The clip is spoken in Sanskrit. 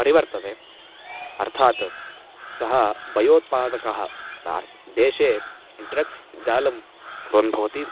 परिवर्तते अर्थात् सः भयोत्पादकः देशे ड्रग्स् जालं कुर्वन् भवति